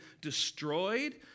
destroyed